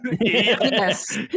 Yes